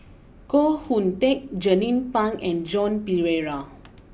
Koh Hoon Teck Jernnine Pang and Joan Pereira